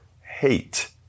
hate